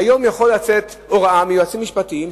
היום יכולה לצאת הוראה מיועצים משפטיים,